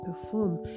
perform